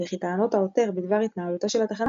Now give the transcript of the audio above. וכי טענות העותר בדבר התנהלותה של התחנה